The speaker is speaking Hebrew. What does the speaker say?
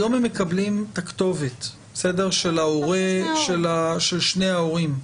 היום הם מקבלים את הכתובת של שני ההורים,